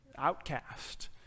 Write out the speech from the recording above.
outcast